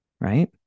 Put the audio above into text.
right